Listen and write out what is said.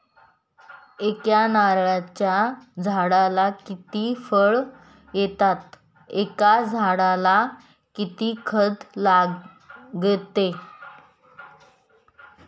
एका नारळाच्या झाडाला किती फळ येतात? एका झाडाला किती खत लागते?